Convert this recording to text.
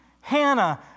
Hannah